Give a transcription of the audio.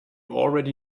already